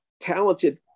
talented